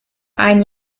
ein